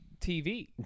TV